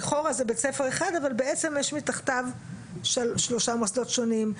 לכאורה זה בית ספר אחד אבל בעצם יש מתחתיו 3 מוסדות שונים.